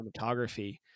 cinematography